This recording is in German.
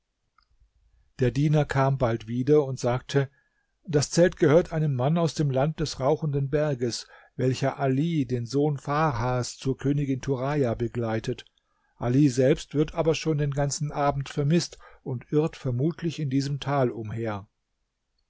der diener kam bald wieder und sagte das zelt gehört einem mann aus dem land des rauchenden berges welcher ali den sohn farhas zur königin turaja begleitet ali selbst wird aber schon den ganzen abend vermißt und irrt vermutlich in diesem tal umher